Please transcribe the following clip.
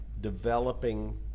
developing